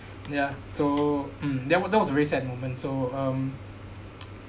ya so mm that was that was really sad moment so um